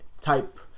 type